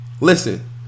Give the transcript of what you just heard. Listen